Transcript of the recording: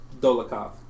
Dolokhov